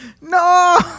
No